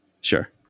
sure